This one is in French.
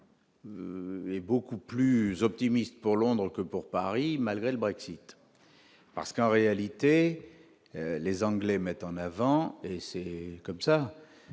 Ai beaucoup plus optimiste pour Londres pour Paris malgré le Brexit parce qu'en réalité les Anglais mettent en avant et c'est comme ça,